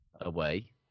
away